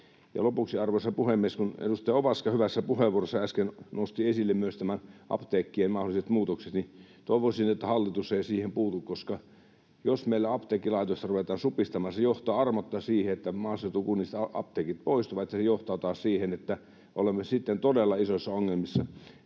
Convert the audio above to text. puhemies! Lopuksi, kun edustaja Ovaska hyvässä puheenvuorossaan äsken nosti esille myös nämä apteekkien mahdolliset muutokset, niin toivoisin, että hallitus ei siihen puutu, koska jos meillä apteekkilaitosta ruvetaan supistamaan, se johtaa armotta siihen, että maaseutukunnista apteekit poistuvat, ja se taas johtaa siihen, että olemme sitten todella isoissa ongelmissa.